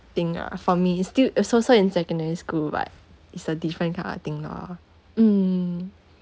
thing ah for me it's still it's also in secondary school but it's a different kind of thing loh mm